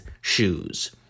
shoes